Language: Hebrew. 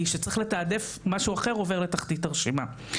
כי כשצריך לתעדף משהו אחר עובר לתחתית הרשימה.